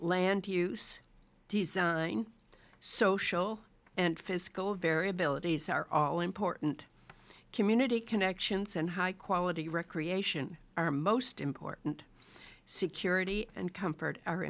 land use these social and fiscal variabilities are all important community connections and high quality recreation are most important security and comfort are